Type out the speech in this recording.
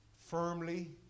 firmly